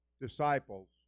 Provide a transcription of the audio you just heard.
disciples